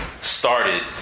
Started